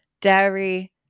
dairy